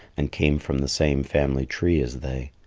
and came from the same family tree as they.